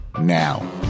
now